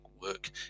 work